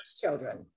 children